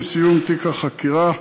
עם סיום תיק החקירה,